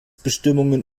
bestimmungen